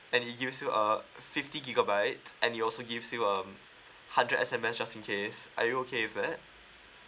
and it gives you a fifty gigabyte and it also give you um hundred S_M_S just in case are you okay with that